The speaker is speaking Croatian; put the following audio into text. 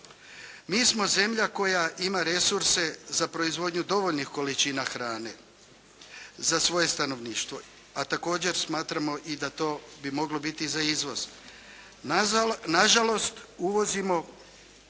Mi smo zemlja koja ima resurse za proizvodnju dovoljnih količina hrane za svoje stanovništvo, a također smatramo i da to bi moglo biti za izvoz. Na žalost uvozimo